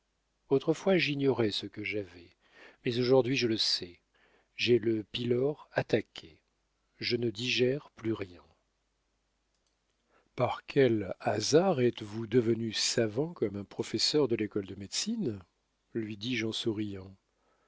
autrefois j'ignorais ce que j'avais mais aujourd'hui je le sais j'ai le pylore attaqué je ne digère plus rien par quel hasard êtes-vous devenu savant comme un professeur de l'école de médecine lui dis-je en souriant